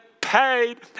paid